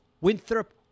Winthrop